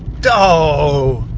doh.